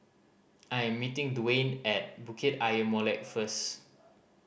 I am meeting Dwaine at Bukit Ayer Molek first